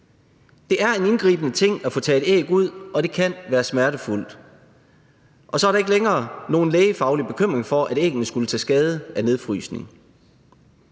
Det er en indgribende ting at få taget æg ud, og det kan være smertefuldt, og så er der ikke længere nogen lægefaglig bekymring for, at æggene skulle tage skade af nedfrysning.